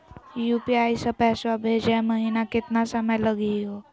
UPI स पैसवा भेजै महिना केतना समय लगही हो?